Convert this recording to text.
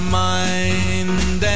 mind